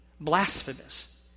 blasphemous